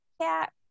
cat